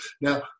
Now